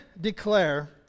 declare